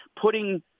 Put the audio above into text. putting